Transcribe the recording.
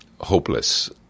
hopeless